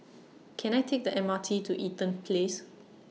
Can I Take The M R T to Eaton Place